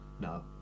No